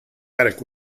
attic